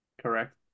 Correct